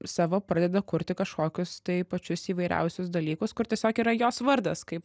savo pradeda kurti kažkokius tai pačius įvairiausius dalykus kur tiesiog yra jos vardas kaip